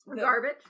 Garbage